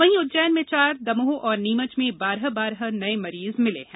वहीं उज्जैन में चार दमोह और नीमच में बारह बारह नये मरीज मिले हैं